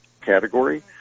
category